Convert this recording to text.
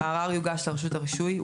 (ב)הערר יוגש לרשות הרישוי,